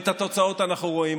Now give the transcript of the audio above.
ואת התוצאות אנחנו רואים.